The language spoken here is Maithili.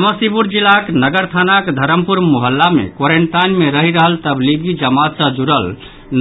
समस्तीपुर जिलाक नगर थानाक धरमपुर मोहल्ला मे क्वारेनटाइन मे रहि रहल तबलीगी जमात सॅ जुड़ल